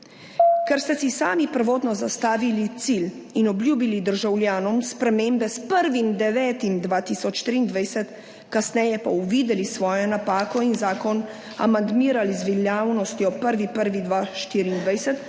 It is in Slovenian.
Ker ste si sami prvotno zastavili cilj in obljubili državljanom spremembe s 1. 9. 2023, kasneje pa uvideli svojo napako in zakon amandmirali z veljavnostjo 1. 1. 2024,